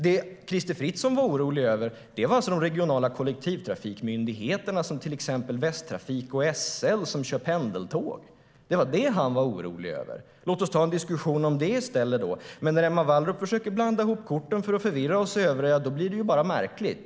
Det Crister Fritzson var orolig för var de regionala kollektivtrafikmyndigheterna, till exempel Västtrafik och SL, som kör pendeltåg. Det var detta han var orolig över. Låt oss ta en diskussion om det i stället, då! Men när Emma Wallrup försöker blanda bort korten för att förvirra oss övriga blir det bara märkligt.